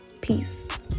peace